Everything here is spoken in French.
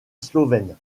slovène